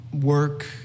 work